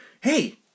Hey